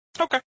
Okay